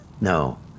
no